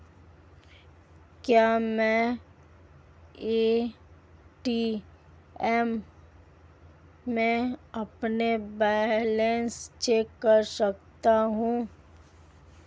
क्या मैं ए.टी.एम में अपना बैलेंस चेक कर सकता हूँ?